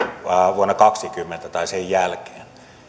vuonna kaksituhattakaksikymmentä tai sen jälkeen